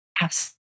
Yes